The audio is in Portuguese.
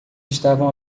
estavam